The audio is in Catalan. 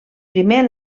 primer